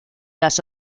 las